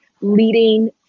leading